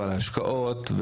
ועל ההשקעות,